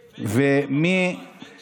במירכאות, סמי.